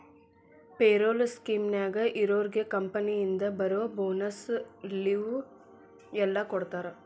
payroll ಸ್ಕೇಮ್ನ್ಯಾಗ ಇರೋರ್ಗೆ ಕಂಪನಿಯಿಂದ ಬರೋ ಬೋನಸ್ಸು ಲಿವ್ವು ಎಲ್ಲಾ ಕೊಡ್ತಾರಾ